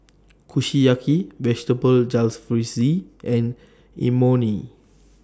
Kushiyaki Vegetable Jalfrezi and Imoni